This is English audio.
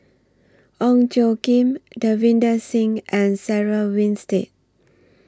Ong Tjoe Kim Davinder Singh and Sarah Winstedt